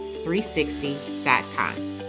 360.com